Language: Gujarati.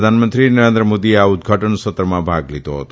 પ્રધાનમંત્રી નરેન્દ્ર મોદીએ આ ઉદઘાટન સત્રમાં ભાગ લીધો હતો